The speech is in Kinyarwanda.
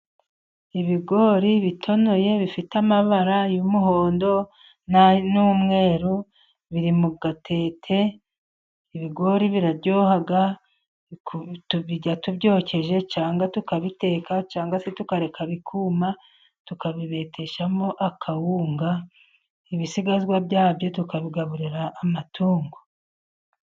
Ibigori bitonoye bifite amabara y'umuhondo n'umweru biri mu gatete; ibigori biraryoha tubyokeje cyangwa tukabiteka cyangwa se tukareka ibikuma tukabibeteshamo akawunga, ibisigazwa byabyo tukabigaburira amatungo.